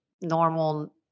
normal